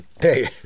Hey